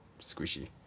squishy